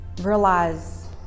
realize